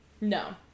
No